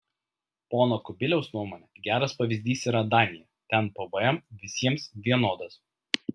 pono kubiliaus nuomone geras pavyzdys yra danija ten pvm visiems vienodas